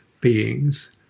beings